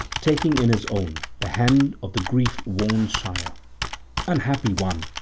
taking in his own the hand of the grief-worn sire unhappy one,